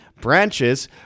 branches